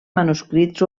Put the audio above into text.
manuscrits